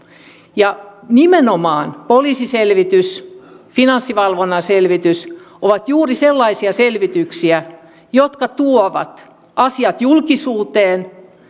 ja nimenomaan poliisiselvitys finanssivalvonnan selvitys ovat juuri sellaisia selvityksiä jotka tuovat asiat julkisuuteen